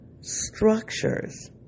structures